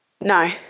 No